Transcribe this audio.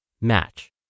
Match